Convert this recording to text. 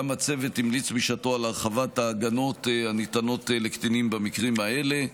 גם הצוות המליץ בשעתו על הרחבת ההגנות הניתנות לקטינים במקרים האלה.